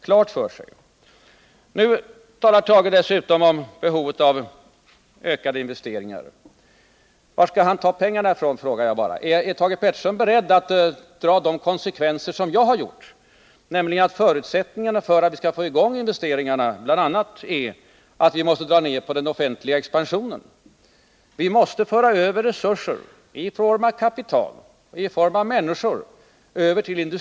Thage Peterson talade om behovet av ökade investeringar. Var skall han ta pengarna? frågar jag. Är Thage Peterson beredd att dra de konsekvenser som jag har dragit, nämligen att en förutsättning för att vi skall kunna få i gång investeringarna bl.a. är att vi måste minska den offentliga expansionen? Vi måste till industrin föra över resurser i form av kapital och människor.